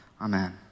Amen